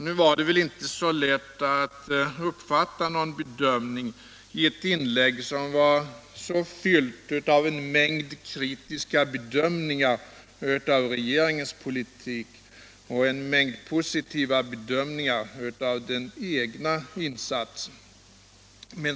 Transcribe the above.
Nu är det väl inte så lätt att finna en konjunkturbedömning i ett inlägg som var så fyllt av en mängd kritiska bedömningar av regeringens politik och positiva bedömningar av den egna insatsen.